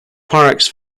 parks